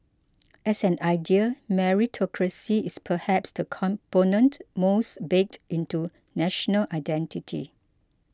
as an idea meritocracy is perhaps the component most baked into national identity